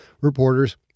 reporters